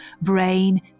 brain